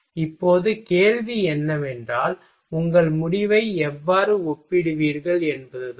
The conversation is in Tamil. இப்போது கேள்வி என்னவென்றால் உங்கள் முடிவை எவ்வாறு ஒப்பிடுவீர்கள் என்பதுதான்